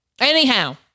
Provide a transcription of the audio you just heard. Anyhow